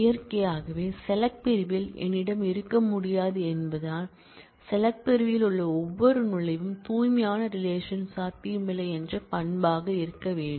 இயற்கையாகவே SELECT பிரிவில் என்னிடம் இருக்க முடியாது என்பதால் SELECT பிரிவில் உள்ள ஒவ்வொரு நுழைவும் தூய்மையான ரிலேஷன் சாத்தியமில்லை என்ற பண்பாக இருக்க வேண்டும்